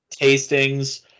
tastings